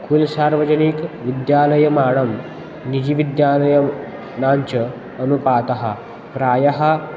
कुलं सार्वजनीनविद्यालयानां निजविद्यालयानाञ्च अनुपातः प्रायः